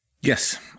Yes